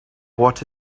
what